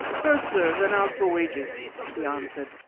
first serve, then ask for wages, he answered.